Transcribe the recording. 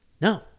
No